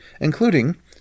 including